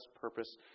purpose